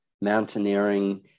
mountaineering